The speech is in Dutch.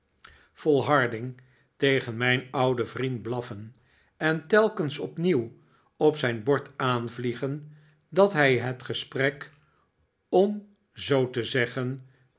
volharding tegen mijn ouden vriend blaffen en telkens opnieuw op zijn bord aanvliegen dat hij het gesprek om zoo te zeggen